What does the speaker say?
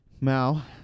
Mal